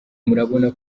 murabona